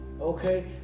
okay